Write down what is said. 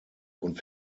und